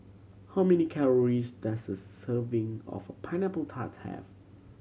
how many calories does a serving of Pineapple Tart have